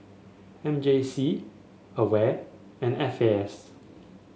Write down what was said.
M J C Aware and F A S